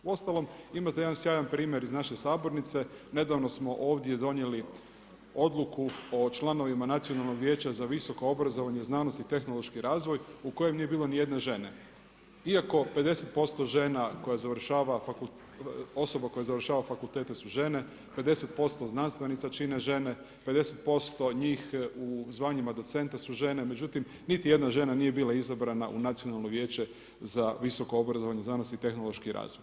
Uostalom, imate jedan sjajan primjer iz naše sabornice, nedavno smo ovdje donijeli odluku o članovima Nacionalnog vijeća za visoko obrazovanje, znanost i tehnološki razvoj u kojem nije bilo nijedne žene, iako 50% osoba koje završava fakultete su žene, 50% znanstvenica čine žene, 50% njih u zvanjima docenta su žene, međutim niti jedna žena nije bila izabrana u Nacionalno vijeće za visoko obrazovanje, znanost i tehnološki razvoj.